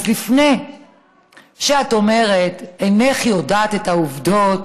אז לפני שאת אומרת, אינך יודעת את העובדות.